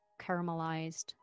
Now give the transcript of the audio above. caramelized